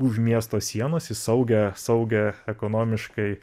už miesto sienos į saugią saugią ekonomiškai